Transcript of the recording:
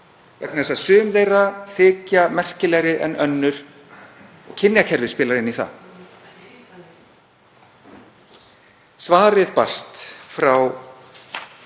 vegna þess að sum þeirra þykja merkilegri en önnur og kynjakerfið spilar inn í það. Svarið barst frá